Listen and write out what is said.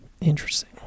Interesting